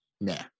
Nah